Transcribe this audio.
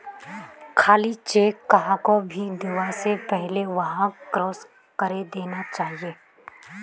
खाली चेक कहाको भी दीबा स पहले वहाक क्रॉस करे देना चाहिए